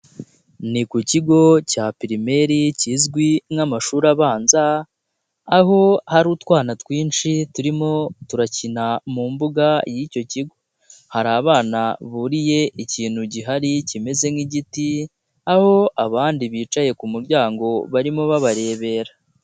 Ni ku kigo cya pirimeri kizwi nk'amashuri abanza aho hari utwana twinshi turimo turakina mu mbuga y'icyo kigo, hari abana buriye ikintu gihari kimeze nk'igiti aho abandi bicaye ku muryango barimo babarebera.